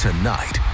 Tonight